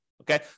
Okay